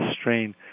strain